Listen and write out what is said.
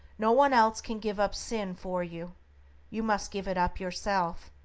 no one else can give up sin for you you must give it up yourself.